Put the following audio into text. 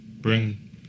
Bring